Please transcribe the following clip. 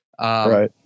Right